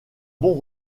bon